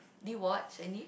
did you watch any